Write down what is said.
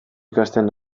ikasten